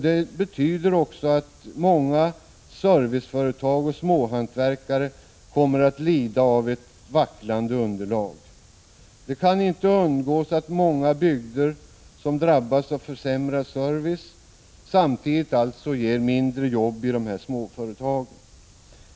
Det betyder att många serviceföretag och småhantverkare kommer att lida av ett vacklande underlag. Det kan inte undgås att många bygder drabbas av försämrad service, samtidigt som hantverkare och småföretagare drabbas direkt.